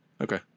Okay